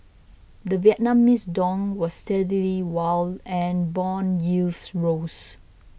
the Vietnamese dong was steady while and bond yields rose